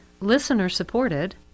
listener-supported